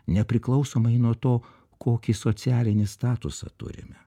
nepriklausomai nuo to kokį socialinį statusą turime